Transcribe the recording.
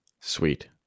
Sweet